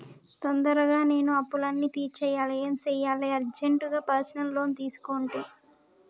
తొందరగా నేను అప్పులన్నీ తీర్చేయాలి ఏం సెయ్యాలి అర్జెంటుగా పర్సనల్ లోన్ తీసుకుంటి